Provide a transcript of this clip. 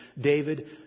David